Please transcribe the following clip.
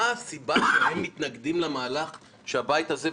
מה הסיבה שהם מתנגדים למהלך של הבית הזה?